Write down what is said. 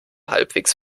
halbwegs